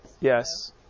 Yes